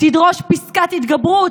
תדרוש פסקת התגברות,